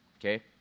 okay